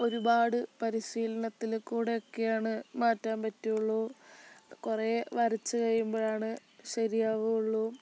ഒരുപാട് പരിശീലനത്തില് കൂടെയൊക്കെയാണ് മാറ്റാൻ പറ്റുവുള്ളൂ കുറേ വരച്ച് കഴിയുമ്പഴാണ് ശരിയാവുകയുള്ളു